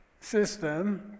system